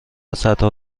صدها